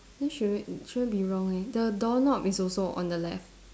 then shouldn't shouldn't be wrong eh the doorknob is also on the left